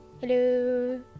hello